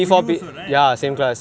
for you also right